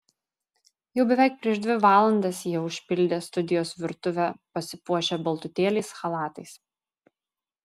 jau beveik prieš dvi valandas jie užpildė studijos virtuvę pasipuošę baltutėliais chalatais